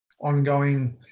ongoing